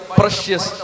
precious